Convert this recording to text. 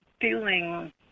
feeling